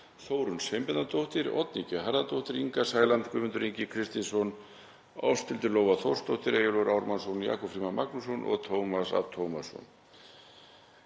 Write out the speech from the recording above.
Þórunn Sveinbjarnardóttir, Oddný G. Harðardóttir, Inga Sæland, Guðmundur Ingi Kristinsson, Ásthildur Lóa Þórsdóttir, Eyjólfur Ármannsson, Jakob Frímann Magnússon og Tómas A. Tómasson.